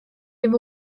give